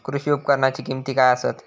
कृषी उपकरणाची किमती काय आसत?